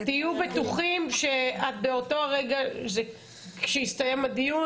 תהיו בטוחים שבאותו הרגע שיסתיים הדיון